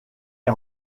est